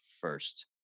first